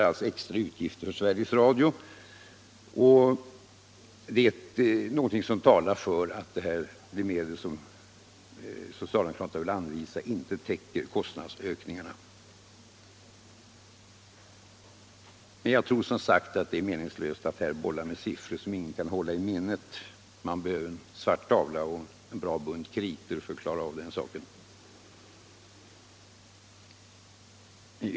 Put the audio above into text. Allt detta talar för att den höjning av anslaget som socialdemokraterna vill vara med om inte täcker kostnadsökningarna. Men jag tror, som sagt, att det är meningslöst att här bolla med siffror som ingen kan hålla i minnet - man behöver en svart tavla och en bra bunt kritor för att klara av den saken.